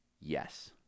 Yes